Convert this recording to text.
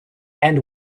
and